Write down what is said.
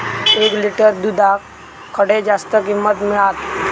एक लिटर दूधाक खडे जास्त किंमत मिळात?